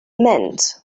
meant